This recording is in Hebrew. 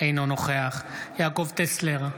אינו נוכח יעקב טסלר,